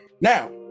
Now